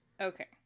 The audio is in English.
Okay